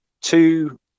two